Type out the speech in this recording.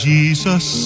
Jesus